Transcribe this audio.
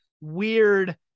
weird